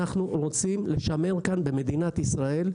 אנחנו רוצים לשמר כאן, במדינת ישראל,